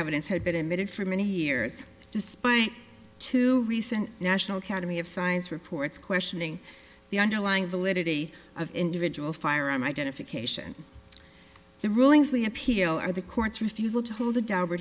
evidence had been admitted for many years despite two recent national academy of science reports questioning the underlying validity of individual firearm identification the rulings we appeal are the court's refusal to hold a dob